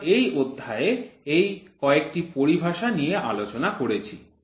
সুতরাং এই অধ্যায়ে এই কয়েকটি পরিভাষা নিয়ে আলোচনা করেছি